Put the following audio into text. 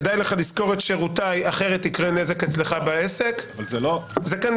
כדאי לך לשכור את שירותיי כי אחרת יקרה נזק אצלך בעסק זה מה שכתוב